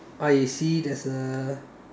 I see there's a